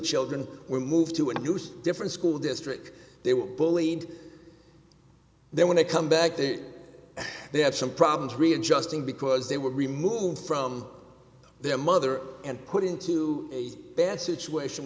children were moved to a noose different school district they were bullied then when they come back that they had some problems readjusting because they were removed from their mother and put into a bad situation